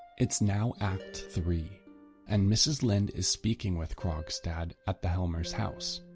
its now act three and mrs linde is speaking with krogstad at the helmer's house.